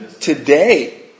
Today